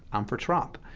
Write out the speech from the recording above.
i'm for trump.